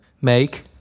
make